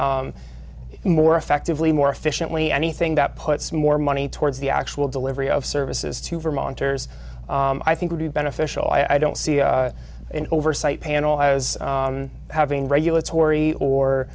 more effectively more efficiently anything that puts more money towards the actual delivery of services to vermonters i think would be beneficial i don't see an oversight panel as having regulatory or